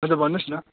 हजुर भन्नुहोस् न